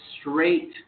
straight